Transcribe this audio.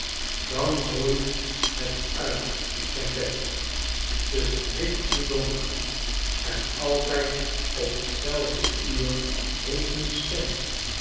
dan broeit het uit op zijn bed tusschen licht en donker en altijd op t zelfde uur roept een stem